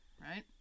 right